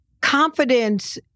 confidence